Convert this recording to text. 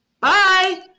Bye